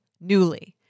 Newly